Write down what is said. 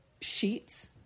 sheets